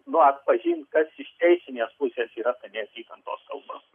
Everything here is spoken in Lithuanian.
nu atpažinti kas iš teisinės pusės yra ta neapykantos kalba